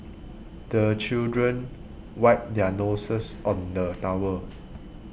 the children wipe their noses on the towel